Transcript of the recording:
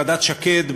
ועדת שקד,